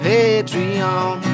Patreon